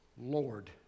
Lord